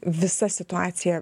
visa situacija